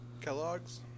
Kellogg's